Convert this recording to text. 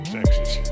Texas